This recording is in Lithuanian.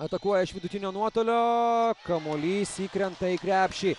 atakuoja iš vidutinio nuotolio kamuolys įkrenta į krepšį